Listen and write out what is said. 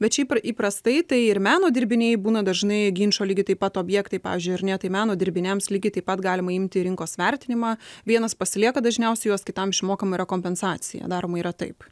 bet šiaip yra įprastai tai ir meno dirbiniai būna dažnai ginčo lygiai taip pat objektai pavyzdžiui ar ne tai meno dirbiniams lygiai taip pat galima imti rinkos vertinimą vienas pasilieka dažniausiai juos kitam išmokama yra kompensacija daroma yra taip